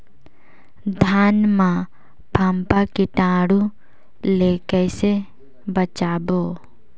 धान मां फम्फा कीटाणु ले कइसे बचाबो?